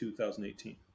2018